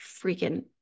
freaking